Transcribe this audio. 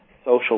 social